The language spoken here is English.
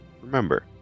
Remember